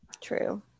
true